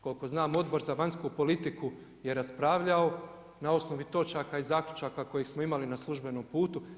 Koliko znam Odbor za vanjsku politiku je raspravljao na osnovi točaka i zaključaka kojeg smo imali na službenom putu.